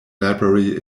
library